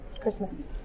Christmas